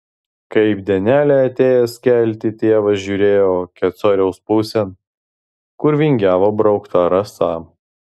kaip dienelė atėjęs kelti tėvas žiūrėjo kecoriaus pusėn kur vingiavo braukta rasa